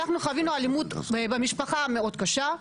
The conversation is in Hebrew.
אנחנו חווינו אלימות במשפחה מאוד קשה,